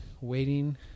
waiting